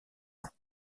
ans